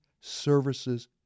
Services